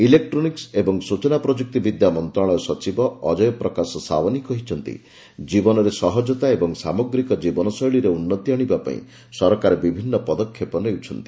electronic ଏବଂ ସ୍ୱଚନା ପ୍ରମ୍ଭକ୍ତିବିଦ୍ୟା ମନ୍ତ୍ରଣାଳୟ ସଚିବ ଅଜ୍ଞୟ ପ୍ରକାଶ ସାଓ୍ୱନି କହିଛନ୍ତି ଜୀବନରେ ସହଜତା ଏବଂ ସାମଗ୍ରୀକ ଜୀବନ ଶୈଳୀରେ ଉନ୍ନତି ଆଣିବା ପାଇଁ ସରକାର ବିଭିନ୍ନ ପଦକ୍ଷେପ ନେଉଛନ୍ତି